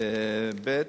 ב.